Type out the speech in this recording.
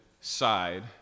side